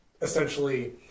essentially